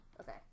Okay